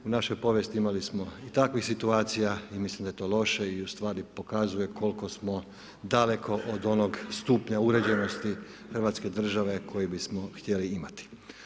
U našoj povijesti imali smo i takvih situacija i mislim da je to loše i ustvari pokazuje koliko smo daleko od onog stupnja uređeno hrvatske države koju bismo htjeli imati.